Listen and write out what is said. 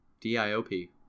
D-I-O-P